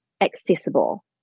accessible